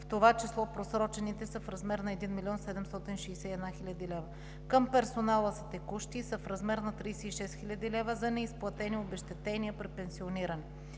в това число просрочените са в размер на 1 млн. 761 хил. лв. Към персонала са текущи и са в размер на 36 хил. лв. за неизплатени обезщетения при пенсиониране.